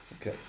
Okay